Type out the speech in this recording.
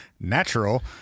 Natural